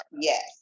Yes